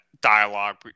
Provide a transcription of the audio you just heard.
dialogue